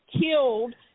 killed